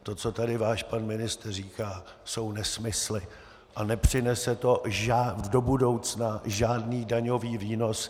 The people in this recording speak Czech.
To, co tady váš pan ministr říká, jsou nesmysly a nepřinese to do budoucna žádný daňový výnos.